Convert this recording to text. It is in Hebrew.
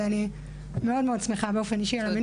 ואני מאוד שמחה באופן אישי על המינוי,